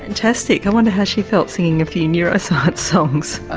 fantastic, i wonder how she felt singing a few neuroscience songs?